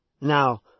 Now